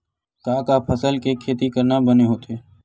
का का फसल के खेती करना बने होथे?